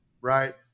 Right